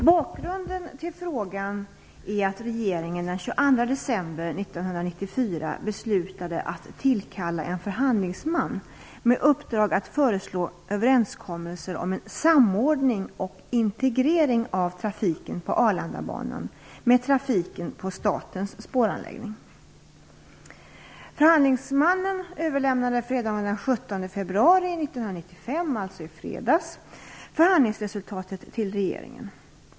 Bakgrunden till frågan är att regeringen den 22 17 februari 1995, alltså i fredags, förhandlingsresultatet till regeringen.